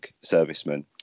servicemen